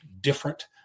different